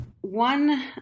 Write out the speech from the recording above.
one